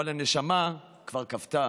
אבל הנשמה כבר כבתה.